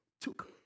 took